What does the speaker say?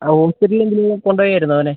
ഹോസ്പിറ്റലില് എന്തിലേലും കൊണ്ടുപോയായിരുന്നോ അവനെ